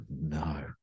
no